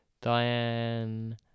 Diane